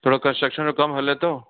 थोरो कंस्ट्रक्शन जो कम हले थो